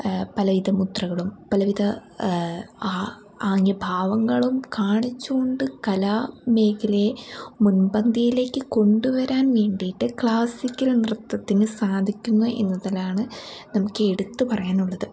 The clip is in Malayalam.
പലവിധ മുദ്രകളും പലവിധ ആ ആംഗ്യഭാവങ്ങളും കാണിച്ചുകൊണ്ട് കലാമേഖലയെ മുൻപന്തിയിലേക്ക് കൊണ്ടുവരാൻ വേണ്ടിയിട്ട് ക്ലാസിക്കൽ നൃത്തത്തിന് സാധിക്കുന്നു എന്നതിലാണ് നമുക്ക് എടുത്തു പറയാനുള്ളത്